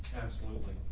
absolutely.